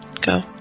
Go